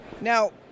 Now